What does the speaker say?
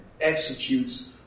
executes